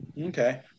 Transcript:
Okay